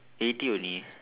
eighty only